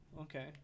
okay